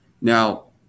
Now